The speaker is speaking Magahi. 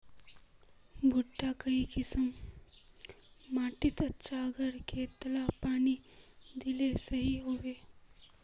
भुट्टा काई किसम माटित अच्छा, आर कतेला पानी दिले सही होवा?